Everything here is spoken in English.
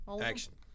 Action